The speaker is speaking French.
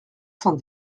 cent